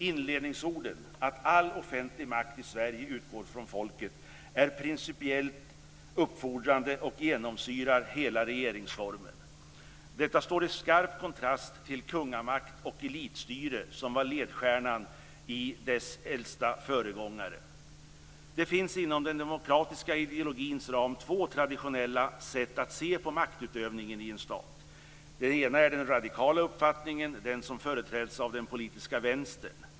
Inledningsorden - "All offentlig makt i Sverige utgår från folket" - är principiellt uppfordrande och genomsyrar hela regeringsformen. Detta står i skarp kontrast till kungamakt och elitstyre, som var ledstjärnan i den äldsta föregångaren. Det finns inom den demokratiska ideologins ram två traditionella sätt att se på maktutövningen i en stat. Det ena är den radikala uppfattningen - den som företräds av den politiska vänstern.